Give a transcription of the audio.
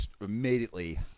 immediately